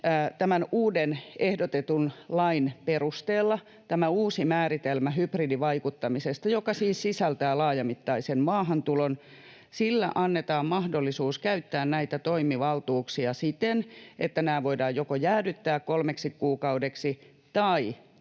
tämän uuden ehdotetun lain perusteella tällä uudella määritelmällä hybridivaikuttamiselle, joka siis sisältää laajamittaisen maahantulon, annetaan mahdollisuus käyttää näitä toimivaltuuksia siten, että nämä voidaan joko jäädyttää kolmeksi kuukaudeksi tai leikata